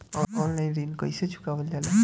Online ऋण कईसे चुकावल जाला?